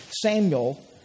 Samuel